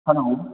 hello